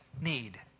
need